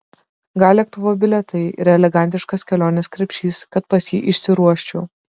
gal lėktuvo bilietai ir elegantiškas kelionės krepšys kad pas jį išsiruoščiau